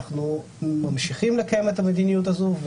אנחנו ממשיכים לקיים את המדיניות הזו.